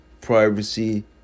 privacy